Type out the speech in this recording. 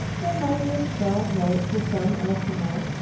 there might be a scrawled note for some eskimo,